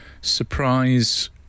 surprise